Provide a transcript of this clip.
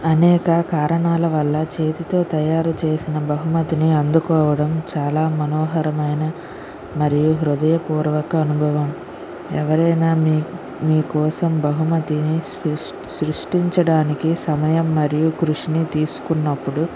అనేక కారణాల వల్ల చేతితో తయారు చేసిన బహుమతిని అందుకోవడం చాలా మనోహరమైన మరియు హృదయపూర్వక అనుభవం ఎవరైనా మీ మీకోసం బహుమతిని సు సృష్టించడానికీ సమయం మరియు కృషిని తీసుకున్నప్పుడు